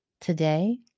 today